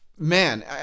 Man